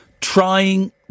trying